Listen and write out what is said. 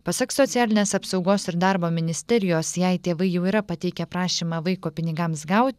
pasak socialinės apsaugos ir darbo ministerijos jei tėvai jau yra pateikę prašymą vaiko pinigams gauti